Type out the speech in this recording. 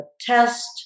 test